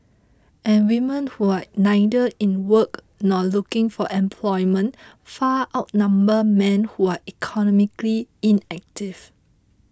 and women who are neither in work nor looking for employment far outnumber men who are economically inactive